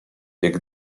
jak